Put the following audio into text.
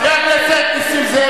חצופה, איזבל,